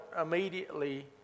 immediately